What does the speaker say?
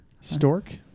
Stork